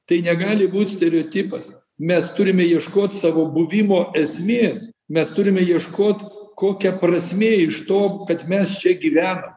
tai negali būt stereotipas mes turime ieškot savo buvimo esmės mes turime ieškot kokia prasmė iš to kad mes čia gyvenam